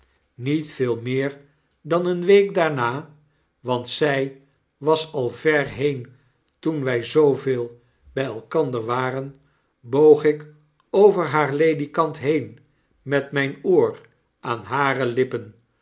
met veel meer dan eene week daarna want zij was al ver been toen wy zooveel bij elkander waren boog ik over haar ledikant heen met myn oor aan hare lippen